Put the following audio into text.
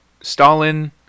Stalin